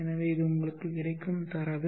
எனவே இது உங்களுக்குக் கிடைக்கும் தரவு